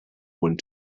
wound